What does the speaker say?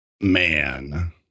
man